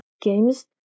games